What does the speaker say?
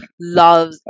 loves